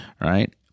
Right